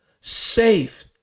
safe